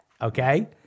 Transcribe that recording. Okay